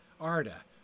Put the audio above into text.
Arda